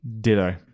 Ditto